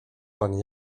pan